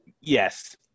Yes